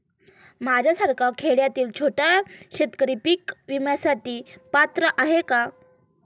माझ्यासारखा खेड्यातील छोटा शेतकरी पीक विम्यासाठी पात्र आहे का?